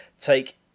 take